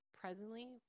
presently